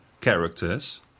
characters